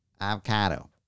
avocado